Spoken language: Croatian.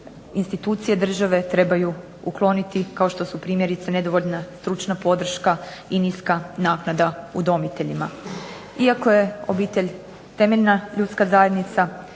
institucije države trebaju ukloniti, kao što su primjerice nedovoljna stručna podrška i niska naknada udomiteljima. Iako je obitelj temeljna ljudska zajednica,